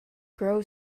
grow